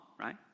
right